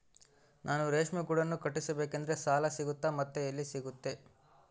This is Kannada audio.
ನಾನು ರೇಷ್ಮೆ ಗೂಡನ್ನು ಕಟ್ಟಿಸ್ಬೇಕಂದ್ರೆ ಸಾಲ ಸಿಗುತ್ತಾ ಮತ್ತೆ ಎಲ್ಲಿ ಸಿಗುತ್ತೆ?